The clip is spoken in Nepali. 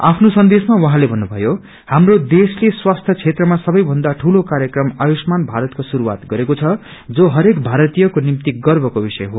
आफ्नो सन्देशमा उहाँले भन्नुभयो हाम्रो देशले स्वास्थ्य क्षेत्रमा सबै भन्दा ठूलो कार्यक्रम आयुश्षमान भारतको शुरूआत गरेको छ जो हरेक भारतीयको निम्ति गव्रको विषय हो